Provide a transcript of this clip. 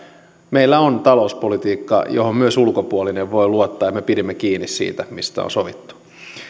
meillä on talouspolitiikka johon myös ulkopuolinen voi luottaa ja me pidimme kiinni siitä mistä on sovittu